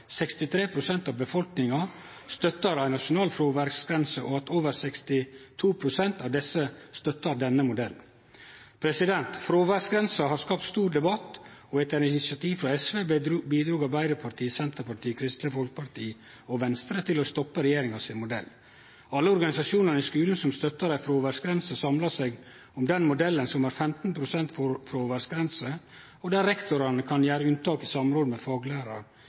pst. av befolkninga støttar ei nasjonal fråværsgrense, og at over 62 pst. av desse støttar denne modellen. Fråværsgrensa har skapt stor debatt, og etter initiativ frå SV bidrog Arbeidarpartiet, Senterpartiet, Kristeleg Folkeparti og Venstre til å stoppe regjeringa sin modell. Alle organisasjonane i skulen som støttar ei fråværsgrense, samla seg om den modellen som har 15 pst. fråværsgrense, og der rektor kan gjere unntak i samråd med faglærar